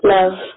Love